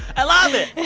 i love it